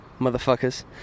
Motherfuckers